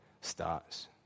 starts